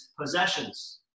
possessions